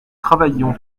travaillions